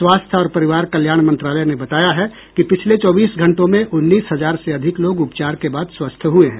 स्वास्थ्य और परिवार कल्याण मंत्रालय ने बताया है कि पिछले चौबीस घंटों में उन्नीस हजार से अधिक लोग उपचार के बाद स्वस्थ हुए हैं